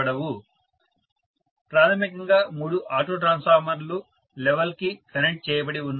student ప్రాథమికంగా మూడు auto ట్రాన్స్ఫార్మర్లు లెవెల్ కి కనెక్ట్ చేయబడి ఉన్నాయి